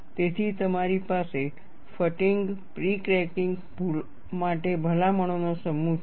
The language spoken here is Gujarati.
તેથી તમારી પાસે ફટીગ પ્રી ક્રેકીંગ માટે ભલામણોનો સમૂહ છે